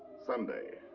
sunday.